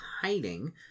hiding